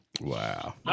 Wow